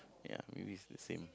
ya maybe it's the same